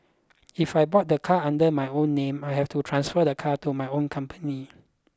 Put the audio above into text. if I bought the car under my own name I have to transfer the car to my own company